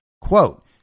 quote